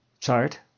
chart